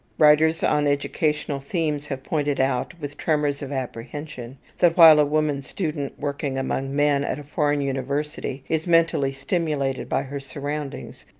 writers on educational themes have pointed out with tremors of apprehension that while a woman student working among men at a foreign university is mentally stimulated by her surroundings,